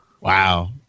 Wow